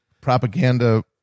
propaganda